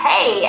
Hey